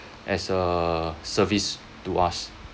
as a service to us